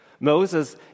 Moses